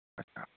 अच्छा